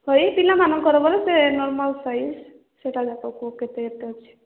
ସେହି ପିଲାମାନଙ୍କର ପରା ନର୍ମାଲ୍ ସାଇଜ୍ ସେଇଟା ଯାକ କୁହ କେତେ କେତେ ଅଛି